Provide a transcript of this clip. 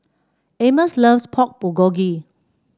Amos loves Pork Bulgogi